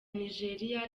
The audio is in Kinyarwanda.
nigeria